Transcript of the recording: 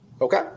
Okay